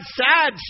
sad